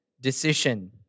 decision